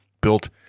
built